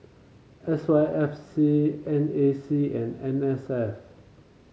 S Y F C N A C and N S F